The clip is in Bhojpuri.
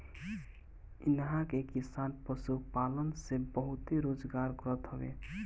इहां के किसान पशुपालन से बहुते रोजगार करत हवे